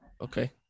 Okay